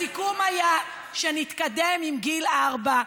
הסיכום היה שנתקדם עם גיל ארבע.